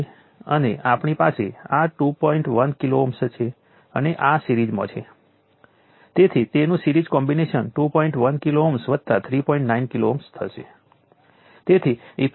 સૌપ્રથમ તો આ એક્સપ્રેશન રેઝિસ્ટર કરતાં થોડો વધારે જટિલ પોઝિટિવ છે તેનો અર્થ એ છે કે અહીં પોઝિટિવ વોલ્ટેજ છે જે ઉપરની પ્લેટ ઉપર પોઝિટિવ ચાર્જ છે અને તે ટાઈમ સાથે વધી રહ્યો છે